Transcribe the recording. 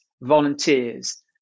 volunteers